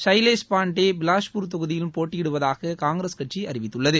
சைலேஷ் பாண்டே பிலாஷ்பூர் தொகுதியில் போட்டியிடுவதாகவும் காங்கிரஸ் கட்சி அறிவித்துள்ளது